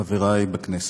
חברי בכנסת,